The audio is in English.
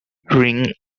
ring